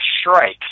strike